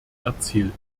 erzielt